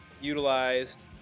utilized